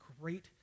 great